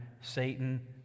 Satan